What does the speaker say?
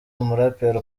umuraperi